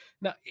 now